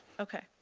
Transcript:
okay.